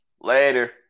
later